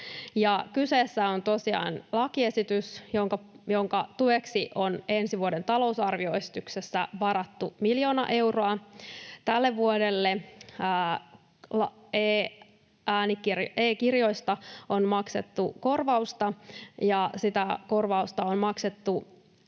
Kyseessä on tosiaan lakiesitys, jonka tueksi on ensi vuoden talousarvioesityksessä varattu miljoona euroa. Tälle vuodelle e-kirjoista on maksettu korvausta edellisen tiede-